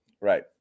Right